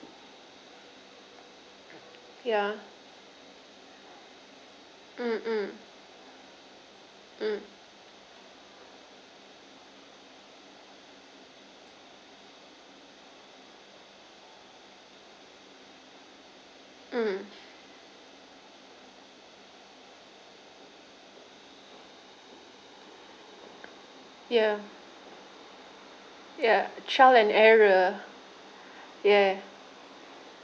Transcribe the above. ya mm mm mm mm ya ya trial and error ya